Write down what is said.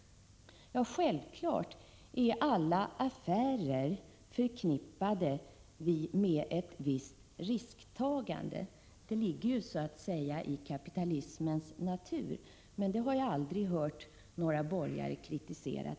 Självfallet är alla affärer förknippade med ett visst risktagande — det ligger så att säga i kapitalismens natur, något som jag tidigare aldrig hört några borgare kritisera.